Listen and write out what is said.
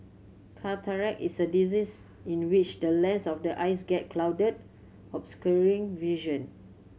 cataract is a disease in which the lens of the eyes get clouded obscuring vision